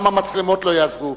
גם המצלמות לא יעזרו,